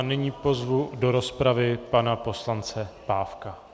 Nyní pozvu do rozpravy pana poslance Pávka.